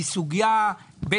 יש סיכוי שגם